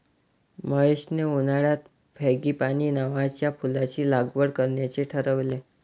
महेशने उन्हाळ्यात फ्रँगीपानी नावाच्या फुलाची लागवड करण्याचे ठरवले